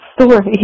story